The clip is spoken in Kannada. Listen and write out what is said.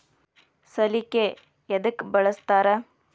ಸಲಿಕೆ ಯದಕ್ ಬಳಸ್ತಾರ?